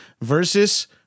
versus